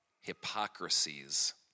hypocrisies